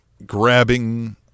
grabbing